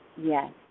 Yes